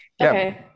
Okay